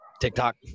TikTok